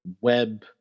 web